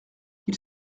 ils